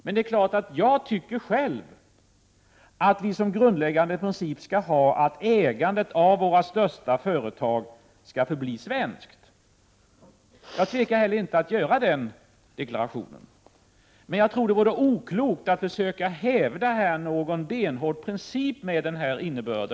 Men det är klart att jag själv tycker att vi som grundläggande princip skall ha att ägandet av våra största företag skall förbli svenskt. Jag tvekar inte att göra den deklarationen. Men jag tror att det vore oklokt att här försöka hävda någon benhård princip med denna innebörd.